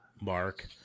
Mark